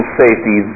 safety